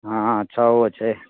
हँ छओ छै